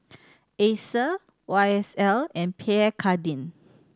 Acer Y S L and Pierre Cardin